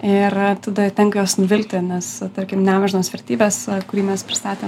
ir tada tenka juos nuvilti nes tarkim neamžinos vertybės kurį mes pristatėm